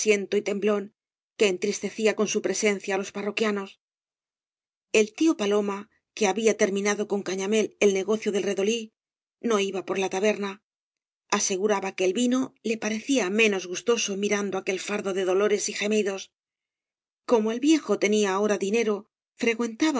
temblón qm entristecía con su presencia á los parroquianos el tío paloma que había terminado con cañamm el negocio del redolí no iba por la taberna ase guraba que el vino le parecía menos gustoso mirando aquel fardo de dolores y gemidos como el viejo tenía ahora dinero frecuentaba